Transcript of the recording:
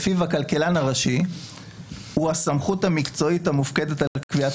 לפיו הכלכלן הראשי הוא הסמכות המקצועית המופקדת על קביעת